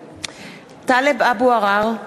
(קוראת בשמות חברי הכנסת) טלב אבו עראר,